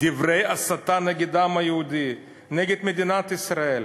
דברי הסתה נגד העם היהודי, נגד מדינת ישראל.